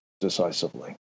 Decisively